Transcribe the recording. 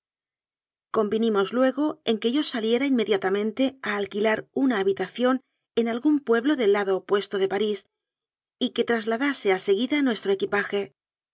convinimos luego en que yo saliera inmedia tamente a alquilar una habitación en algún pue blo del lado opuesto de parís y que trasladase a seguida nuestro equipaje